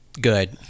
good